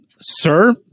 Sir